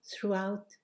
throughout